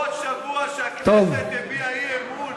עוד שבוע שהכנסת הביעה אי-אמון